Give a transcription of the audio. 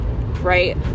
right